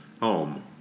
home